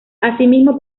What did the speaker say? asimismo